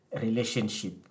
relationship